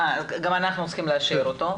גם אנחנו צריכים לאשר אותו.